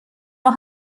راه